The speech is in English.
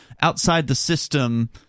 outside-the-system